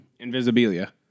Invisibilia